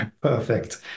perfect